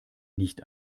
nicht